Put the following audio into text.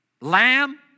lamb